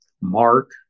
Mark